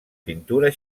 pintura